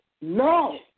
No